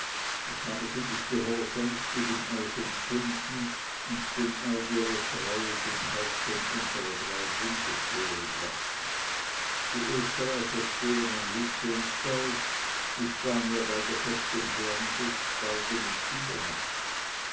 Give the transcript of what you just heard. ich habe sie ihres gehorsams gegen euch entbunden und den eid ihrer treue den häuptern unserer drei bünde schwören lassen die österreicher stehen am luziensteig die spanier bei der festung fuentes beide mit übermacht